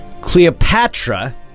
Cleopatra